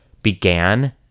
began